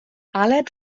aled